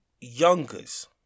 youngers